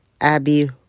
Abby